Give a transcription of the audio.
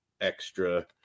extra